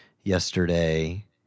yesterday